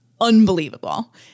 unbelievable